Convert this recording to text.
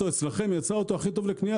אם אוטו אצלכם יצא האוטו הכי טוב לקנייה,